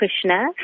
Krishna